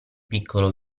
piccolo